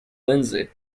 lindsey